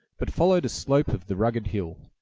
but followed a slope of the rugged hill,